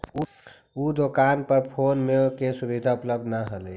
उ दोकान पर फोन पे के सुविधा उपलब्ध न हलई